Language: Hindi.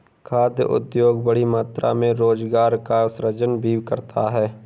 खाद्य उद्योग बड़ी मात्रा में रोजगार का सृजन भी करता है